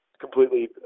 Completely